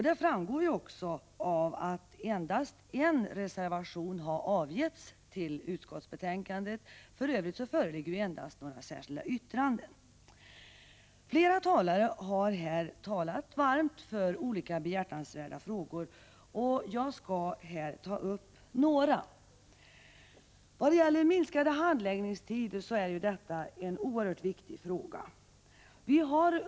Detta framgår också av att endast en reservation har avgetts till utskottsbetänkandet. För övrigt föreligger endast några särskilda yttranden. Flera talare har här talat varmt för olika behjärtansvärda frågor, och jag skall ta upp några av dem. Minskade handläggningstider är en oerhört viktig fråga.